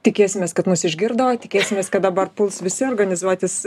tikėsimės kad mus išgirdo tikėsimės kad dabar puls visi organizuotis